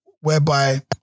whereby